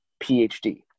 PhD